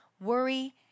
worry